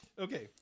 okay